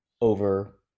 over